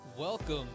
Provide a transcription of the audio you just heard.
Welcome